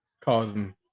causing